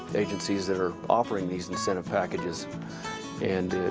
agencies that are offering these incentive packages and